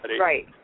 right